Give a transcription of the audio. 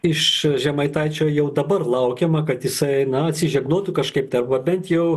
iš žemaitaičio jau dabar laukiama kad jisai na atsižegnotų kažkaip tai arba bent jau